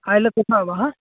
ଆଇଲେ କଥା ହେବା ହାଁ